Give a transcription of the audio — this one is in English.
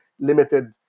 limited